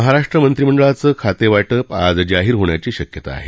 महाराष्ट्र मंत्रिमंडळाचं खातेवाटप आज जाहीर होण्याची शक्यता आहे